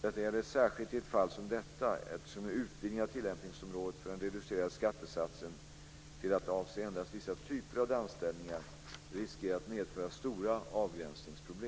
Detta gäller särskilt i ett fall som detta, eftersom en utvidgning av tillämpningsområdet för den reducerade skattesatsen till att avse endast vissa typer av danstillställningar riskerar att medföra stora avgränsningsproblem.